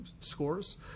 scores